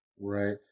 Right